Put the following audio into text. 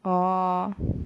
orh